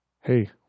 Hey